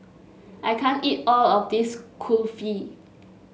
I can't eat all of this Kulfi